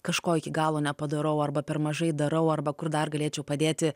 kažko iki galo nepadarau arba per mažai darau arba kur dar galėčiau padėti